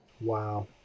Wow